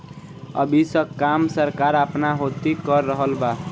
अब ई सब काम सरकार आपना होती कर रहल बा